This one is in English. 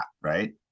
right